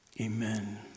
amen